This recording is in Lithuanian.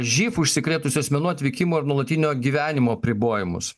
živ užsikrėtusių asmenų atvykimo ir nuolatinio gyvenimo apribojimus